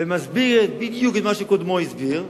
ומסביר בדיוק את מה שקודמו הסביר,